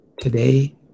today